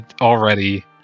Already